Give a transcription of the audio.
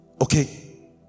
Okay